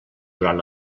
durant